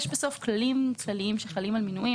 בסוף יש כללים כלליים שחלים על מינויים,